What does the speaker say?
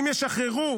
אם ישחררו,